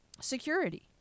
security